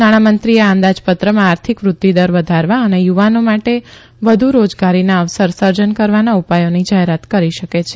નાણામંત્રી આ અંદાજપત્રમાં આર્થિક વૃદ્ધિદર વધારવા અને યુવાનો માટે વધુ રોજગારીન અવસર સર્જન કરવાના ઉપાયોની જાહેરાત કરી શકે છે